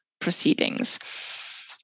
proceedings